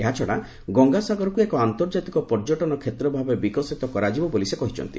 ଏହାଛଡ଼ା ଗଙ୍ଗାସାଗରକୁ ଏକ ଆନ୍ତର୍ଜାତିକ ପର୍ଯ୍ୟଟନ କ୍ଷେତ୍ର ଭାବେ ବିକଶିତ କରାଯିବ ବୋଲି ସେ କହିଛନ୍ତି